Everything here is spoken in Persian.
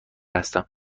هستم